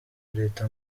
leta